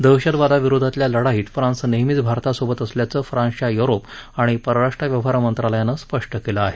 दहशतवादा विरोधातल्या लढाईत फान्स नेहमीच भारतासोबत असल्याचं फ्रान्सच्या युरोप आणि परराष्ट्र व्यवहार मंत्रालयानं स्पष्ट केलं आहे